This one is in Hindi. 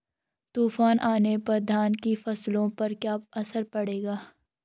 तूफान आने पर धान की फसलों पर क्या असर पड़ेगा?